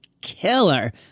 killer